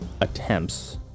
attempts